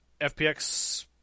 FPX